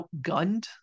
outgunned